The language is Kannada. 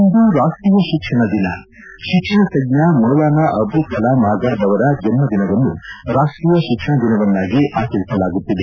ಇಂದು ರಾಷ್ಟೀಯ ಶಿಕ್ಷಣ ದಿನ ಶಿಕ್ಷಣ ತಜ್ಞ ಮೌಲಾನ ಅಬುಲ್ ಕಲಾಂ ಆಜಾದ್ ಅವರ ಜನ್ಮ ದಿನವನ್ನು ರಾಷ್ಟೀಯ ಶಿಕ್ಷಣ ದಿನವನ್ನಾಗಿ ಆಚರಿಸಲಾಗುತ್ತಿದೆ